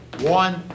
one